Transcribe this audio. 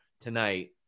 tonight